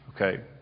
okay